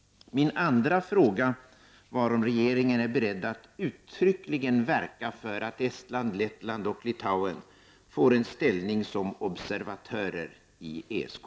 Min andra fråga var om regeringen är beredd att uttryckligen verka för att Estland, Lettland och Litauen får en ställning som observatörer i ESK.